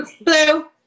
blue